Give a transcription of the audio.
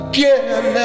Again